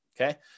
okay